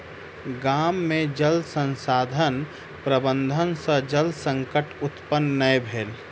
गाम में जल संसाधन प्रबंधन सॅ जल संकट उत्पन्न नै भेल